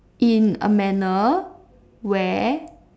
in a manner where